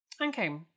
Okay